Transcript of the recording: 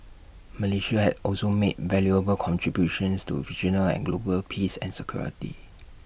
Malaysia has also made valuable contributions to regional and global peace and security